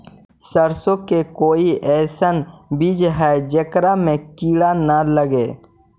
सरसों के कोई एइसन बिज है जेकरा में किड़ा न लगे?